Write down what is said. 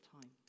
time